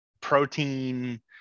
protein